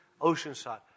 Oceanside